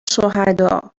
شهداء